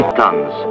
tons